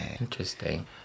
interesting